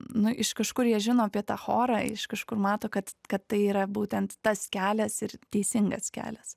nu iš kažkur jie žino apie tą chorą iš kažkur mato kad kad tai yra būtent tas kelias ir teisingas kelias